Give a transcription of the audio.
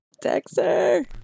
Dexter